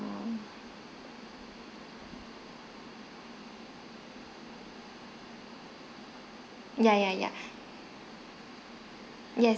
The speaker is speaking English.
yeah yeah yeah yes